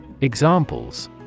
Examples